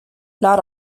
not